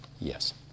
Yes